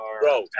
bro